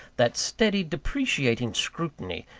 that steady depreciating scrutiny,